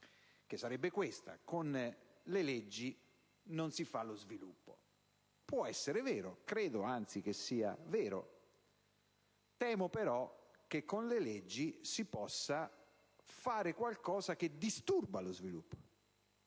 vale a dire che con le leggi non si fa lo sviluppo. Può essere vero, credo anzi che sia vero. Temo però che con le leggi si possa fare qualcosa che disturba lo sviluppo,